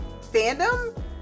fandom